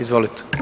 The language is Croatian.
Izvolite.